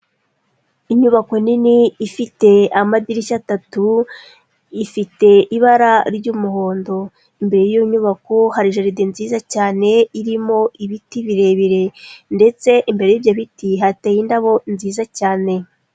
Inyubako nini ifite amadirishya atatu, ifite ibara ry'umuhondo, imbere y'iyo nyubako hari jaride nziza cyane irimo ibiti birebire ndetse imbere y'ibyo biti hateye indabo nziza cyane.